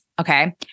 okay